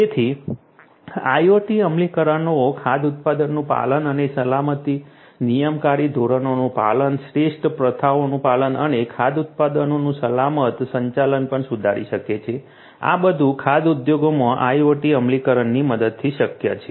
તેથી IoT અમલીકરણો ખાદ્ય ઉત્પાદનનું પાલન અને સલામતી નિયમનકારી ધોરણોનું પાલન શ્રેષ્ઠ પ્રથાઓનું પાલન અને ખાદ્ય ઉત્પાદનોનું સલામત સંચાલન પણ સુધારી શકે છે આ બધું ખાદ્ય ઉદ્યોગમાં IoT અમલીકરણની મદદથી શક્ય છે